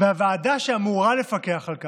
הוועדה שאמורה לפקח על כך,